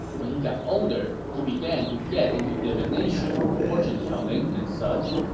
when he got older, he began to get into divination, fortune-telling, and such.